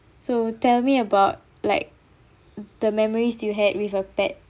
so tell me about like the memories you had with a pet